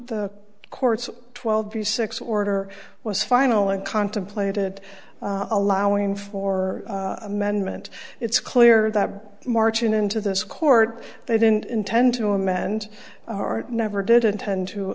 the courts twelve years six order was final and contemplated allowing for amendment it's clear that marching into this court they didn't intend to amend never did intend to